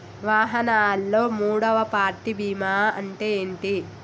వాహనాల్లో మూడవ పార్టీ బీమా అంటే ఏంటి?